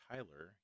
Tyler